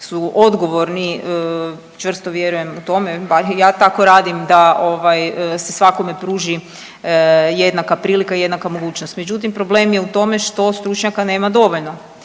su odgovorni, čvrsto vjerujem u tome, pa i ja tako radim, da se svakome pruži jednaka prilika i jednaka mogućnost. Međutim, problem je u tome što stručnjaka nema dovoljno,